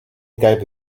gave